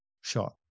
shot